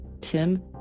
Tim